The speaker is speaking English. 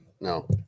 No